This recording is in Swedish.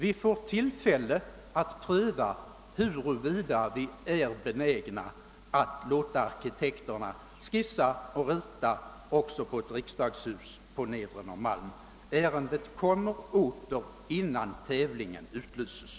Vi får då tillfälle att pröva huruvida vi är benägna att låta arkitekterna göra upp skisser och ritningar också över ett riksdagshus på Nedre Norrmalm. Ärendet kommer alltså åter innan tävlingen utlyses.